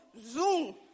Zoom